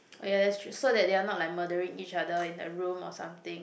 oh ya that's true so that they are not like murdering each other in a room or something